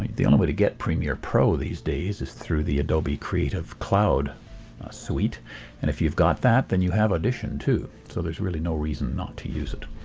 the only but get premier pro these days is through the adobe creative cloud suite and if you've got that then you have audition too, so there is really no reason not to use it.